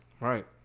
Right